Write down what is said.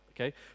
okay